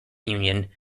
union